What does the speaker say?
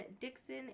Dixon